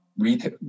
retail